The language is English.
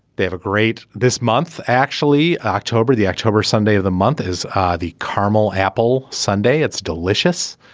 they have a great this month actually october the october sunday of the month is the carmel apple. sunday it's delicious.